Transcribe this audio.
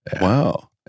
wow